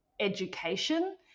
education